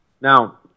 Now